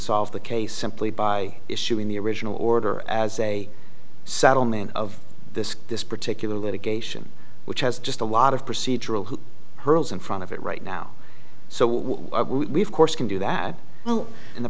solve the case simply by issuing the original order as a settlement of this this particular litigation which has just a lot of procedural who hurls in front of it right now so we've course can do that well and the